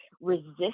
resist